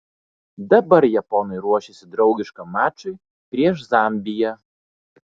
dabar japonai ruošiasi draugiškam mačui prieš zambiją